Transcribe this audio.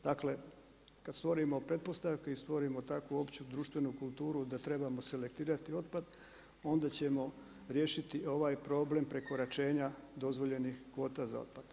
Dakle, kad stvorimo pretpostavke i stvorimo takvu opću društvenu kulturu da trebamo selektirati otpad, onda ćemo riješiti ovaj problem prekoračenja dozvoljenih kvota za otpad.